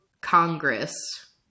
Congress